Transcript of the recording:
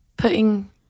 Putting